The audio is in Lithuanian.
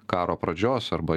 karo pradžios arba